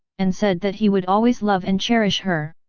and said that he would always love and cherish her.